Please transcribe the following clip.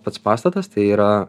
pats pastatas tai yra